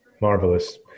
Marvelous